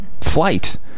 flight